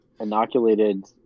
inoculated